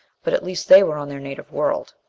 but at least they were on their native world.